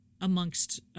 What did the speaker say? amongst